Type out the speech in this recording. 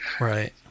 Right